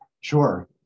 Sure